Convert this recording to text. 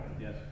Yes